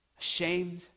ashamed